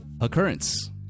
Occurrence